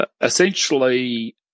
Essentially